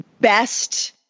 best